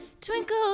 twinkle